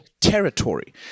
territory